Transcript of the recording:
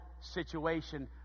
situation